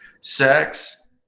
sex